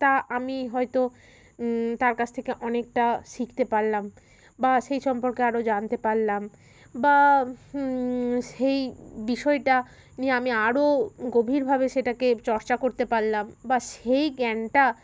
তা আমি হয়তো তার কাছ থেকে অনেকটা শিখতে পারলাম বা সেই সম্পর্কে আরও জানতে পারলাম বা সেই বিষয়টা নিয়ে আমি আরও গভীরভাবে সেটাকে চর্চা করতে পারলাম বা সেই জ্ঞানটা